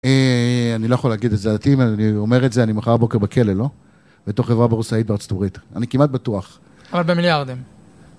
אני לא יכול להגיד את זה לדעתי, אם אני אומר את זה אני מחר בוקר בכלא, לא? בתור חברה בורסאית בארצות הברית. אני כמעט בטוח. אבל במיליארדים.